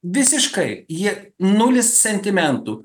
visiškai jie nulis sentimentų